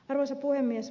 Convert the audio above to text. arvoisa puhemies